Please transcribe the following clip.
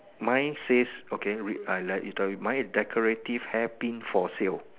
mine says okay read I like is story mine is decorative hair pin for sale